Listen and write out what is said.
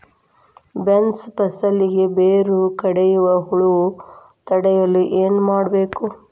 Beans ಫಸಲಿಗೆ ಬೇರು ಕಡಿಯುವ ಹುಳು ತಡೆಯಲು ಏನು ಮಾಡಬೇಕು?